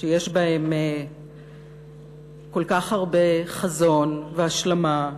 שיש בהם כל כך הרבה חזון, והשלמה,